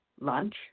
lunch